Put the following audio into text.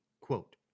quote